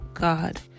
god